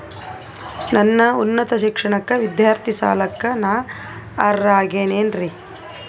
ನನ್ನ ಉನ್ನತ ಶಿಕ್ಷಣಕ್ಕ ವಿದ್ಯಾರ್ಥಿ ಸಾಲಕ್ಕ ನಾ ಅರ್ಹ ಆಗೇನೇನರಿ?